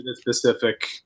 specific